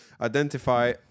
identify